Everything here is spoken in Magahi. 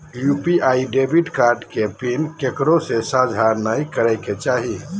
यू.पी.आई डेबिट कार्ड के पिन केकरो से साझा नइ करे के चाही